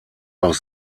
auch